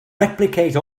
replicate